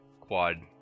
Quad